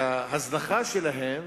שההזנחה שלהם